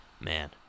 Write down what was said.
man